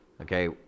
Okay